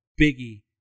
Biggie